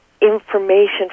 information